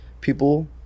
people